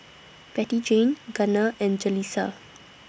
Bettyjane Gunner and Jalissa